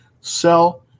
sell –